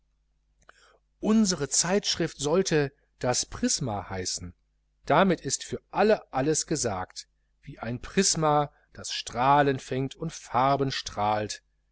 unsere zeitschrift sollte das prisma heißen damit ist für alle alles gesagt wie ein prisma das strahlen fängt und farben strahlt